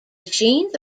machines